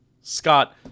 scott